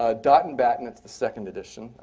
ah dott and batten. it's the second edition.